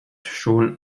schon